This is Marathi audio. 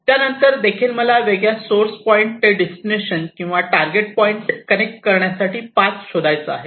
त्यानंतर देखील मला वेगळ्या सोर्स पॉईंट ते डिस्टिलेशन किंवा टारगेट पॉईंट कनेक्ट करण्यासाठी पाथ शोधायचा आहे